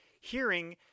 hearing